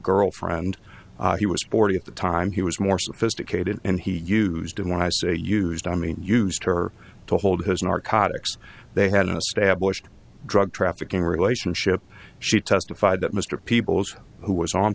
girlfriend he was sporty at the time he was more sophisticated and he used to when i say used i mean used her to hold his narcotics they had an established drug trafficking relationship she testified that mr people's who was on